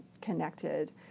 connected